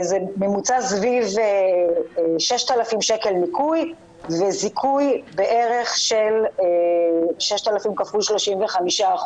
בממוצע סביב 6,000 שקל ניכוי זה זיכוי בערך של 6,000 כפול 35%,